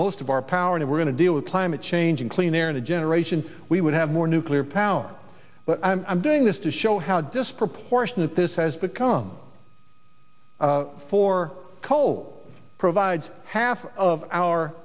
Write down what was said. most of our power and we're going to deal with climate change in clean air in a generation we would have more nuclear power but i'm doing this to show how disproportionate this has become for coal provides half of our